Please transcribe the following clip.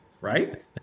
Right